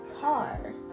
car